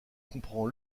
comprend